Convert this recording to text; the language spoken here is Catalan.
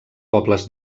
pobles